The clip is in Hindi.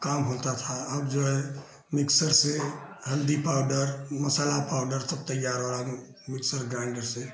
काम होता था अब जो है मिक्सर से हल्दी पाउडर मसाला पाउडर सब तैयार हो रहा है मिक्सर ग्राइन्डर से